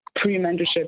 pre-mentorship